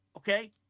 Okay